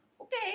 Okay